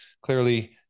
Clearly